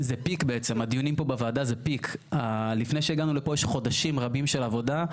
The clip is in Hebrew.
לפני שהגענו לפה יש חודשים רבים של עבודה,